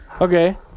Okay